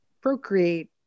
procreate